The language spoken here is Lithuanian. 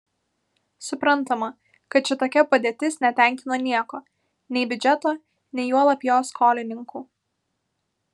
suprantama kad šitokia padėtis netenkino nieko nei biudžeto nei juolab jo skolininkų